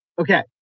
Okay